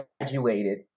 graduated